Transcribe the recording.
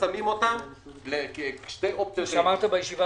ושמים אותן כשתי אופציות